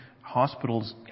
hospitals